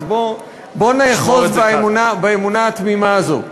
אז בוא נאחז באמונה התמימה הזאת.